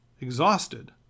exhausted